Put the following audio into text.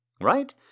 right